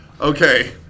Okay